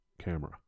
camera